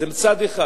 זה מצד אחד.